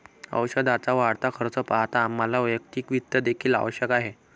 औषधाचा वाढता खर्च पाहता आम्हाला वैयक्तिक वित्त देखील आवश्यक आहे